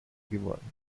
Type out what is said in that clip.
geworden